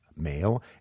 Male